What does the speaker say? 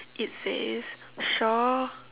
it says shore